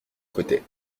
côté